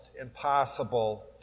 impossible